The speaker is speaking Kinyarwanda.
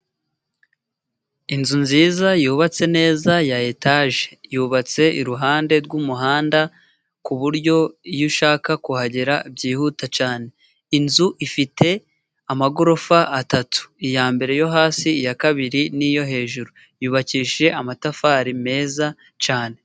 Inzu nziza yubatse neza ya etaje. Yubatse iruhande rw’umuhanda， ku buryo iyo ushaka kuhagera byihuta cyane. Inzu ifite amagorofa atatu， iya mbere yo hasi，iya kabiri n’iyo hejuru， yubakishije amatafari meza cyane.